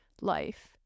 life